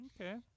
okay